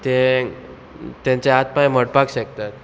ते तेंचे हात पांय मोडपाक शकतात